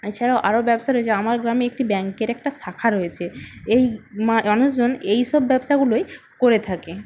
এছাড়াও আরও ব্যবসা রয়েছে আমার গ্রামে একটি ব্যাঙ্কের একটা শাখা রয়েছে এই মানুষজন এইসব ব্যবসাগুলোই করে থাকে